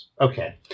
Okay